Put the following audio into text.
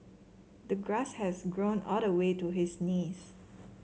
the grass has grown all the way to his knees